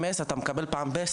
SMS מקבלים מידי פעם.